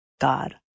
God